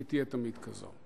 והיא תהיה תמיד כזו.